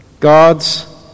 God's